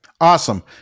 Awesome